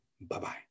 Bye-bye